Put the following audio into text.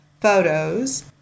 photos